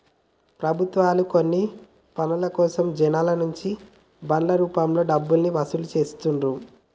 ప్రభుత్వాలు కొన్ని పనుల కోసం జనాల నుంచి బాండ్ల రూపంలో డబ్బుల్ని వసూలు చేత్తండ్రు